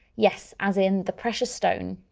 yes, as in the precious stone,